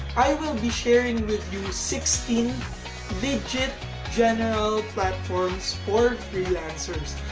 i will be sharing with you sixteen legit general platforms for freelancers.